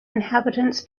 inhabitants